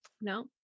No